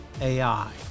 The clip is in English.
AI